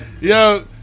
Yo